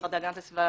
שהמשרד להגנת הסביבה